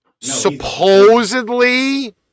supposedly